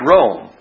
Rome